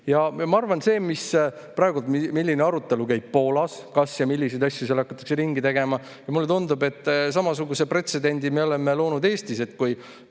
Ma arvan, et see, milline arutelu käib Poolas, kas ja milliseid asju seal hakatakse ringi tegema – mulle tundub, et samasuguse pretsedendi me oleme loonud Eestis. Kui